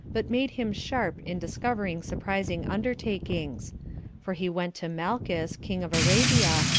but made him sharp in discovering surprising undertakings for he went to malchus, king of arabia,